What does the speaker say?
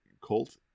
Colt